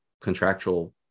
contractual